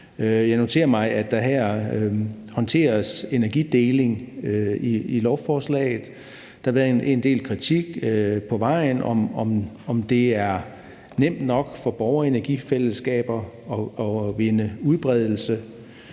Jeg noterer mig her, at der håndteres energideling i lovforslaget. Der har været en del kritik på vejen, altså om det er nemt nok for borgerenergifællesskaber at vinde udbredelse,